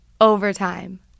overtime